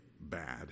bad